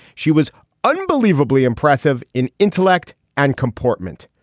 she was unbelievably impressive in intellect and comportment.